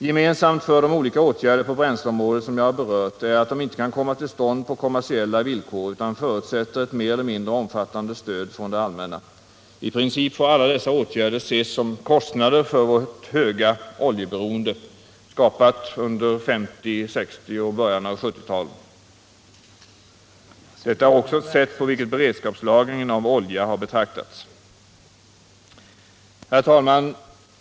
Gemensamt för de olika åtgärder på bränsleområdet som jag har berört är att de inte kan komma till stånd på kommersiella villkor utan förutsätter ett mer eller mindre omfattande stöd från det allmänna. I princip får alla dessa åtgärder ses som kostnader för vårt höga oljeberoende. Detta är också det sätt på vilket beredskapslagringen av olja har betraktats. Herr talman!